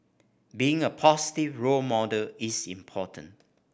being a positive role model is important